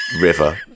River